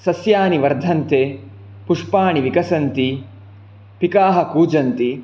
सस्यानि वर्धन्ते पुष्पाणि विकसन्ति पिकाः कूजन्ति